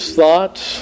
thoughts